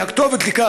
הכתובת לכך,